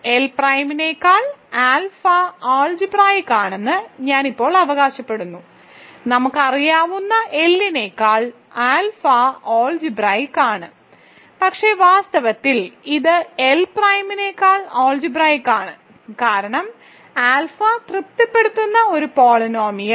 L പ്രൈമിനേക്കാൾ alpha algebraic ആണെന്ന് ഞാൻ ഇപ്പോൾ അവകാശപ്പെടുന്നു നമുക്ക് അറിയാവുന്ന L നെക്കാൾ ആൽഫ അൾജിബ്രായിക്ക് ആണ് പക്ഷേ വാസ്തവത്തിൽ ഇത് L പ്രൈമിനേക്കാൾ അൾജിബ്രായിക്ക് ആണ് കാരണം ആൽഫ തൃപ്തിപ്പെടുത്തുന്ന പോളിനോമിയൽ